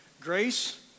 grace